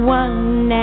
one